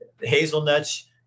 Hazelnuts